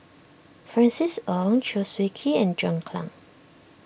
Francis Ng Chew Swee Kee and John Clang